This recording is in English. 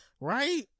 Right